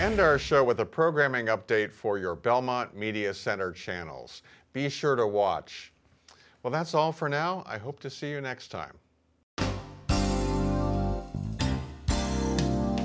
and our show with a programming update for your belmont media center channel's be sure to watch well that's all for now i hope to see you